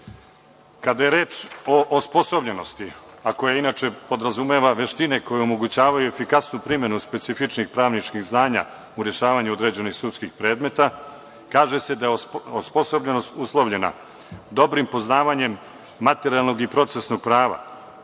je reč o osposobljenosti, a koja inače podrazumeva veštine koje omogućavaju efikasnu primenu specifičnih pravničkih znanja u rešavanju određenih sudskih predmeta, kaže se da je osposobljenost uslovljena dobrim poznavanjem materijalnog i procesnog prava,